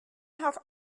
had